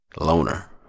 loner